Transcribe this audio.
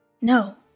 No